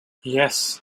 yes